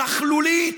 נכלולית,